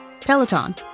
Peloton